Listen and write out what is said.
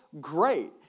great